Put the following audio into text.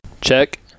Check